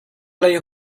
lei